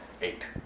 Eight